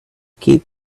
keep